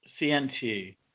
CNT